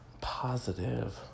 positive